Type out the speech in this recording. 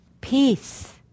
peace